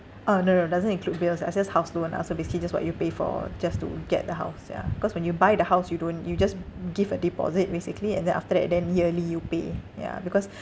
orh no no doesn't include bills it's just house loan ah so basically just what you pay for just to get the house ya cause when you buy the house you don't you just give a deposit basically and then after that then yearly you pay ya because